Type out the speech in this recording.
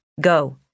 Go